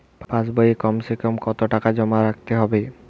পাশ বইয়ে কমসেকম কত টাকা জমা রাখতে হবে?